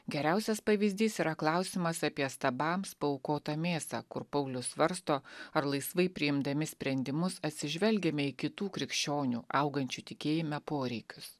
geriausias pavyzdys yra klausimas apie stabams paaukotą mėsą kur paulius svarsto ar laisvai priimdami sprendimus atsižvelgiame į kitų krikščionių augančių tikėjime poreikius